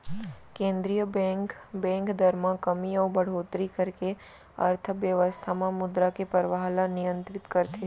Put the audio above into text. केंद्रीय bank, bank दर म कमी अउ बड़होत्तरी करके अर्थबेवस्था म मुद्रा के परवाह ल नियंतरित करथे